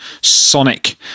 sonic